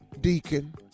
Deacon